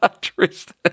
Tristan